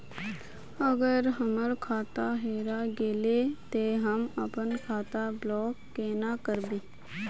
अगर हमर खाता हेरा गेले ते हम अपन खाता ब्लॉक केना करबे?